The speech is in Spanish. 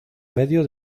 medio